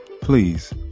please